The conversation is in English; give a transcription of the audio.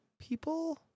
people